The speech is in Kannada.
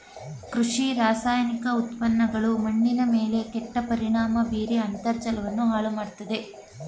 ಕೃಷಿ ರಾಸಾಯನಿಕ ಉತ್ಪನ್ನಗಳು ಮಣ್ಣಿನ ಮೇಲೆ ಕೆಟ್ಟ ಪರಿಣಾಮ ಬೀರಿ ಅಂತರ್ಜಲವನ್ನು ಹಾಳು ಮಾಡತ್ತದೆ